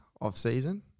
off-season